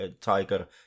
Tiger